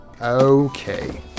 Okay